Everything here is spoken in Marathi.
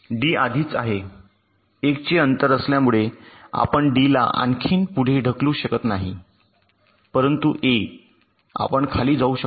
डी आधीच आहे 1 चे अंतर असल्यामुळे आपण D ला आणखी पुढे ढकलू शकत नाही परंतु A आपण खाली जाऊ शकता